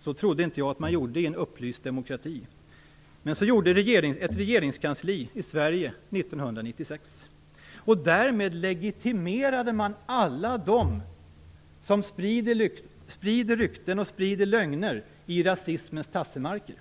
Så trodde jag inte att man gjorde i en upplyst demokrati, men så gjorde ett regeringskansli i Sverige 1996. Därmed gav man legitimitet åt alla dem som sprider rykten och lögner i rasismens tassemarker.